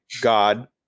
God